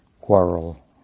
quarrel